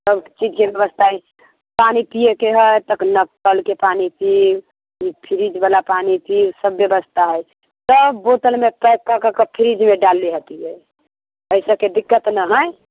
सभ चीजके व्यवस्था पानि पियैके है तऽ कलके पानि पीब ने फ्रिजवला पानि पीब सभके व्यवस्था अछि सभ बोतलमे कऽ कऽके फ्रिजमे डाललै हति है एहि सभके दिक्कत नहि है